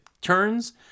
turns